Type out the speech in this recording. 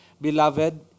beloved